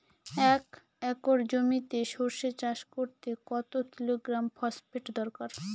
এক একর জমিতে সরষে চাষ করতে কত কিলোগ্রাম ফসফেট দরকার?